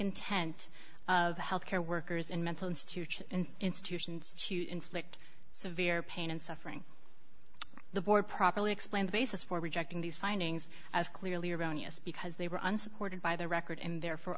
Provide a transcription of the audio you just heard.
intent of health care workers in mental institutions and institutions to inflict severe pain and suffering the board properly explained basis for rejecting these findings as clearly erroneous because they were unsupported by the record and therefore